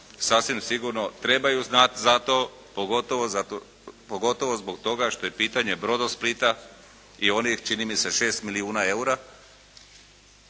sasvim sigurno trebaju znati za to, pogotovo zbog toga što je pitanje "Brodosplita" i onih, čini mi se 6 milijuna eura